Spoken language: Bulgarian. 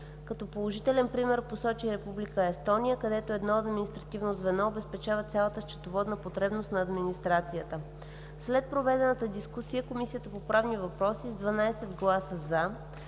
Като положителен пример той посочи Република Естония, където едно административно звено обезпечава цялата счетоводна потребност на администрацията. След проведената дискусия, Комисията по правни въпроси с 12 гласа „за”,